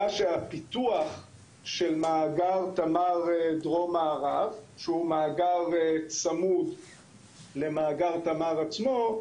שהפיתוח של מאגר תמר דרום מערב שהוא מאגר צמוד למאגר תמר עצמו,